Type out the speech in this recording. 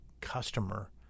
customer